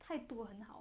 态度很好